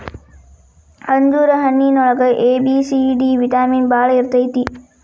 ಅಂಜೂರ ಹಣ್ಣಿನೊಳಗ A, B, C, D vitamin ಬಾಳ ಇರ್ತೈತಿ